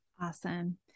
Awesome